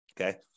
Okay